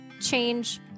Change